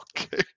Okay